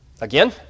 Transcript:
Again